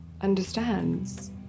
understands